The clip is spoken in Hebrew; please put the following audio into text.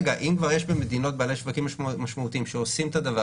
אם כבר יש מדינות בעלי שווקים משמעותיים שעושים את הדבר